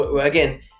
again